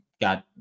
got